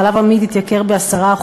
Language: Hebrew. חלב עמיד התייקר ב-10%,